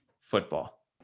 football